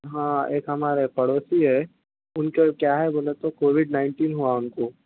ہاں ایک ہمارے پڑوسی ہے ان کے کیا ہے بولے تو کووڈ نائنٹین ہوا ان کو